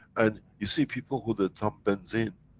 and, you see people who the thumb bends in,